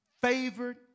favored